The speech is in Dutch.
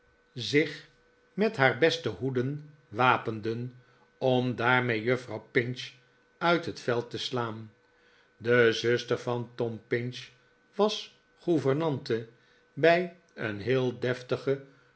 zich met haar beste hoeden wapenden om daarmee jufvrouw pinch uit het veld te slaan de zuster van tom pinch was gouvernante bij een heel deftige